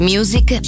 Music